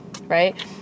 right